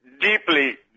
deeply